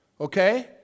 okay